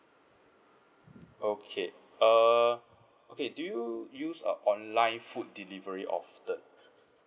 okay uh okay do you use uh online food delivery often